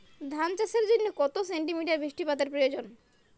ধান চাষের জন্য কত সেন্টিমিটার বৃষ্টিপাতের প্রয়োজন?